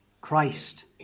Christ